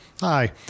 Hi